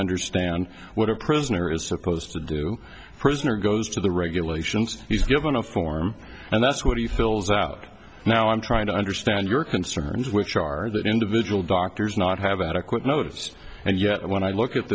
understand what a prisoner is supposed to do a prisoner goes to the regulations he's given a form and that's what he fills out now i'm trying to understand your concerns which are that individual doctors not have adequate notice and yet when i look at